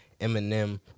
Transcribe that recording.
Eminem